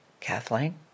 Kathleen